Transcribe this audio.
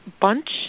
bunch